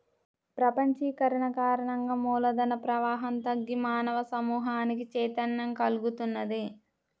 ప్రపంచీకరణ కారణంగా మూల ధన ప్రవాహం తగ్గి మానవ సమూహానికి చైతన్యం కల్గుతున్నది